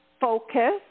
focus